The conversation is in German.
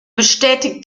bestätigt